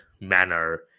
manner